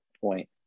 point